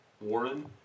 Warren